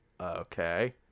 Okay